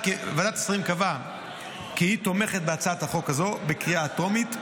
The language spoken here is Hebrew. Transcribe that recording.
ועדת השרים קבעה כי היא תומכת בהצעת החוק הזו בקריאה הטרומית,